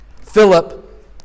Philip